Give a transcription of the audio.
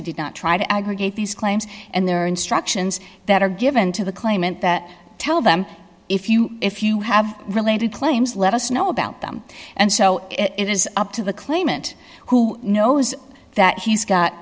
he did not try to aggregate these claims and there are instructions that are given to the claimant that tell them if you if you have related claims let us know about them and so it is up to the claimant who knows that he's got